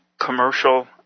commercial